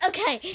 Okay